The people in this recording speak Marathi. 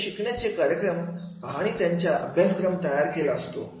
असे शिकण्याचे कार्यक्रम आणि त्यांचा अभ्यासक्रम तयार केलेला असतो